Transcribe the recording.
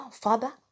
Father